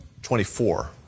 24